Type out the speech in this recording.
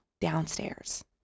downstairs